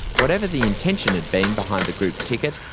whatever the intention had been behind the group ticket,